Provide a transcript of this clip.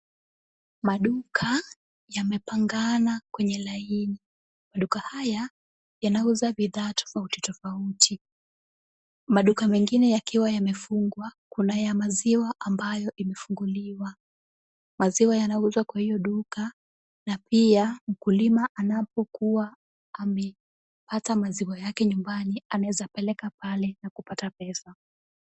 Maduka yamepangana na kwenye laini. Maduka haya, yanauza bidhaa tofautitofauti. Maduka mengine yakiwa yamefungwa, kuna mengine ambayo yamefunguliwa, maziwa yanauzwa kwa hiyo duka na pia mkulima anapokuwa amepata maziwa yake nyumbani, anaweza kupeleka pale na kupata pesa.